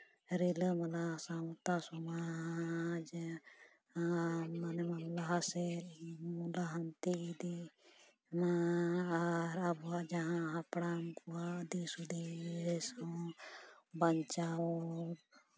ᱨᱤᱞᱟᱹᱢᱟᱞᱟ ᱥᱟᱶᱛᱟ ᱥᱚᱢᱟᱡᱽ ᱞᱟᱦᱟᱥᱮᱫ ᱞᱟᱦᱟᱱᱛᱤ ᱤᱫᱤᱜ ᱢᱟ ᱟᱨ ᱟᱵᱚᱣᱟᱜ ᱡᱟᱦᱟᱸ ᱦᱟᱯᱲᱟᱢ ᱠᱚᱣᱟᱜ ᱫᱤᱥ ᱦᱩᱫᱤᱥ ᱦᱚᱸ ᱵᱟᱧᱪᱟᱣ